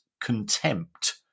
contempt